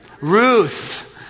Ruth